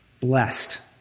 blessed